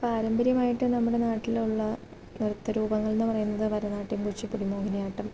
പാരമ്പര്യമായിട്ട് നമ്മുടെ നാട്ടിലുള്ള നൃത്ത രൂപങ്ങൾ എന്ന് പറയുന്നത് ഭരതനാട്ട്യം കുച്ചിപ്പുടി മോഹിനിയാട്ടം